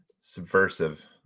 subversive